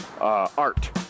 art